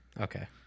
okay